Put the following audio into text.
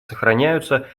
сохраняются